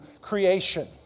creation